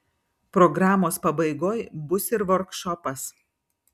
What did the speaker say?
programos pabaigoj bus ir vorkšopas